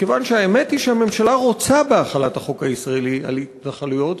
מכיוון שהאמת היא שהממשלה רוצה בהחלת החוק הישראלי על התנחלויות,